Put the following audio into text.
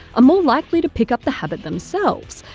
ah more likely to pick up the habit themselves,